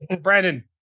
Brandon